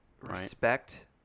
Respect